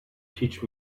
teach